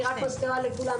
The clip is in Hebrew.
אני רק מזכירה לכולם,